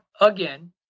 again